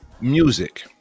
music